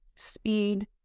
speed